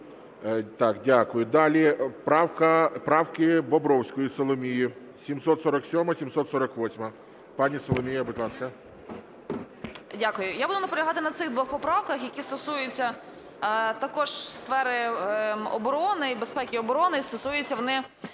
Далі правки Бобровської Соломії 747, 748. Пані Соломія, будь ласка. 11:16:08 БОБРОВСЬКА С.А. Дякую. Я буду наполягати на цих двох поправках, які стосуються також сфери оборони, безпеки і оборони, і стосуються вони